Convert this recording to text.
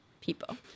people